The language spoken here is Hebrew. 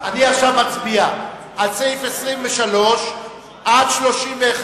אני עכשיו מצביע על סעיף 23 עד 31,